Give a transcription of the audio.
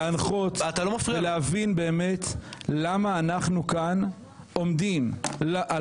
הדברים האלה צריכים להנחות ולהבין באמת למה אנחנו כאן עומדים על